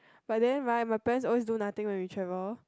but then right my parents always do nothing when we travel